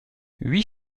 huit